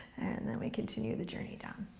and then we continue the journey down.